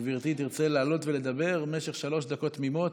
גברתי תרצה לעלות ולדבר במשך שלוש דקות תמימות?